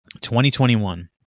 2021